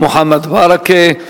מוחמד ברכה.